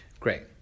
Great